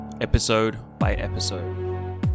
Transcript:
episode-by-episode